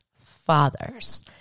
fathers